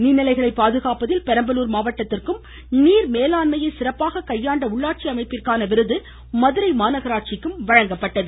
நீர் நிலைகளை பாதுகாப்பதில் பெரம்பலூர் மாவட்டத்திற்கும் நீர் மேலாண்மையை சிறப்பாக கையாண்ட உள்ளாட்சி அமைப்பிற்கான விருது மதுரை மாநகராட்சிக்கும் வழங்கப்பட்டது